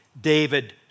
David